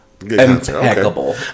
impeccable